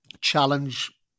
challenge